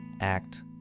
act